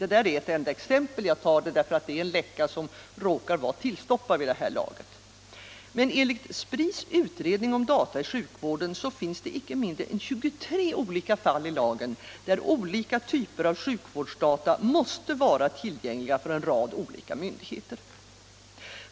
Det är bara ett enda exempel —- den läckan råkar vara tillstoppad vid det här laget — men enligt Spris utredning om data i sjukvården finns det inte mindre än 23 olika fall i lagen, där olika typer av sjukvårdsdata måste vara tillgängliga för en rad olika myndigheter.